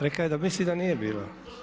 Reka je da misli da nije bila.